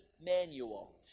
manual